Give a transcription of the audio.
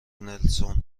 نلسون